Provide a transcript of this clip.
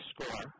score